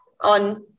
on